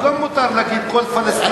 אז גם לנו מותר להגיד כל פלסטין,